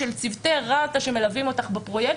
של צוותי רת"א שמלווים אותך בפרויקט,